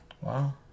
Wow